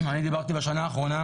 אני דיברתי בשנה האחרונה